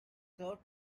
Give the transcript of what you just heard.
served